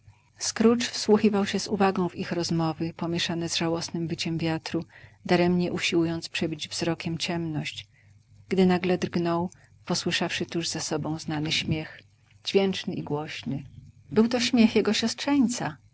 scrooge wsłuchiwał się z uwagą w ich rozmowy pomieszane z żałosnem wyciem wiatru daremnie usiłując przebić wzrokiem ciemność gdy nagle drgnął posłyszawszy tuż za sobą znany śmiech dźwięczny i głośny był to śmiech jego